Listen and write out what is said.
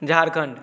Jharkhand